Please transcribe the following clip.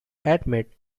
admit